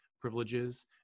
privileges